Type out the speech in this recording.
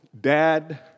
dad